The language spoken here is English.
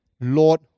Lord